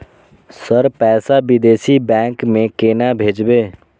Sir पैसा विदेशी bank में केना भेजबे?